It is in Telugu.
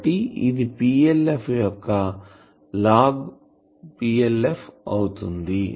కాబట్టి ఇది PLF యొక్క లాగ్ అవుతుంది